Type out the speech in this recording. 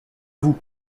vous